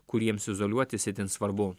kuriems izoliuotis itin svarbu